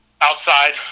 outside